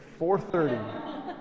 4:30